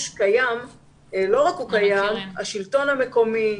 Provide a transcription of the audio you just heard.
קיים ולא רק שהוא קיים אלא השלטון המקומי,